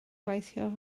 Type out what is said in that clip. gweithio